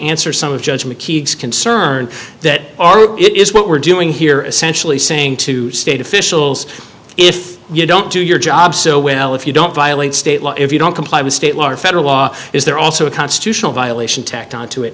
answer some of judge mckeague concern that are it is what we're doing here essentially saying to state officials if you don't do your job so well if you don't violate state law if you don't comply with state law or federal law is there also a constitutional violation tacked on to it